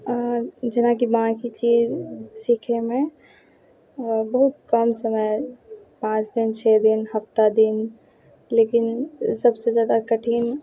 जेनाकि बाँकी चीज सीखैमे बहुत कम समय पाँच दिन छै दिन हफ्ता दिन लेकिन सबसे जादा कठिन